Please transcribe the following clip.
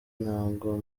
ntago